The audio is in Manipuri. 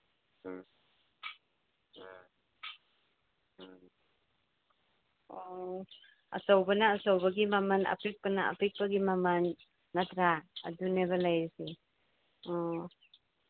ꯎꯝ ꯎꯝ ꯎꯝ ꯑꯣ ꯑꯆꯧꯕꯅ ꯑꯆꯧꯕꯒꯤ ꯃꯃꯟ ꯑꯄꯤꯛꯄꯒꯤ ꯃꯃꯟ ꯅꯠꯇ꯭ꯔꯥ ꯑꯗꯨꯅꯦꯕ ꯂꯩꯔꯤꯁꯦ ꯑꯣ